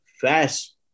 fast